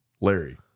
Larry